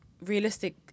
realistic